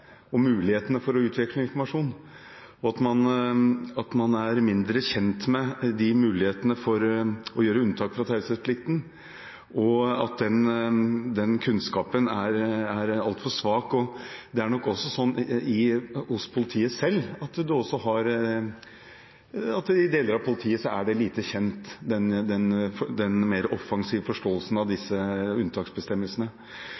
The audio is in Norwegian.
og mulighetene for å utveksle informasjon, og at man er mindre kjent med mulighetene for å gjøre unntak fra taushetsplikten – den kunnskapen er altfor svak. Det er nok også sånn at i deler av politiet selv er den lite kjent, den mer offensive forståelsen av disse unntaksbestemmelsene. Jeg er